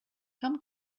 come